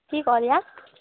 की कहलियै